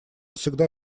всегда